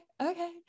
Okay